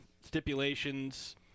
stipulations